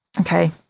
Okay